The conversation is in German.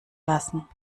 lassen